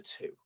two